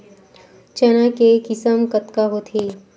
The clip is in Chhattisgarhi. चना के किसम कतका होथे?